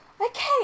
okay